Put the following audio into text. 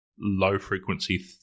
low-frequency